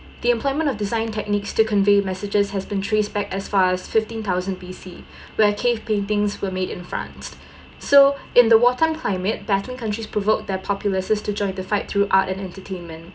the employment of design techniques to convey messages has been traced back as far as fifteen thousand B_C where cave paintings were made in france so in the war time climate battling countries provoke their populists to join the fight through art and entertainment